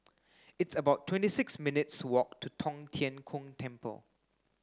it's about twenty six minutes walk to Tong Tien Kung Temple